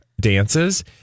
dances